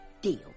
deal